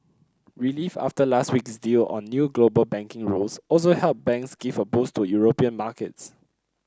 relief after last week's deal on new global banking rules also helped banks give a boost to European markets